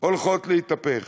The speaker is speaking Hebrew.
הולכות להתהפך.